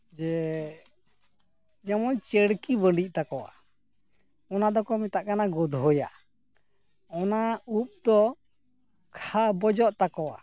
ᱡᱮ ᱡᱮᱢᱚᱱ ᱪᱟᱺᱲᱠᱤ ᱵᱟᱺᱰᱤᱜ ᱛᱟᱠᱚᱣᱟ ᱚᱱᱟ ᱫᱚᱠᱚ ᱢᱮᱛᱟᱜ ᱠᱟᱱᱟ ᱜᱳᱫᱷᱳᱭᱟ ᱚᱱᱟ ᱩᱯ ᱫᱚ ᱠᱷᱟᱞ ᱵᱚᱡᱚᱜ ᱛᱟᱠᱚᱣᱟ